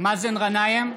מאזן גנאים,